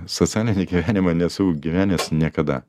socialinį gyvenimą nesu gyvenęs niekada